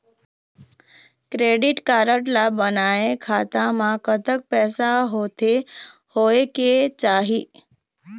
Credit card ला बनवाए खाता मा कतक पैसा होथे होएक चाही?